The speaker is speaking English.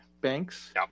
banks